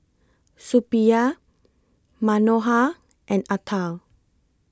Suppiah Manohar and Atal